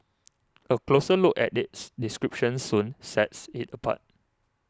a closer look at its description soon sets it apart